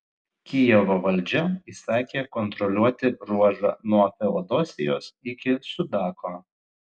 kijevo valdžia įsakė kontroliuoti ruožą nuo feodosijos iki sudako